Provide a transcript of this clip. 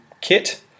kit